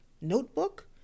notebook